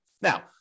Now